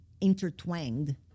intertwined